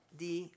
di